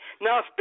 Now